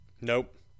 Nope